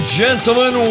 gentlemen